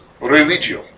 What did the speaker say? religio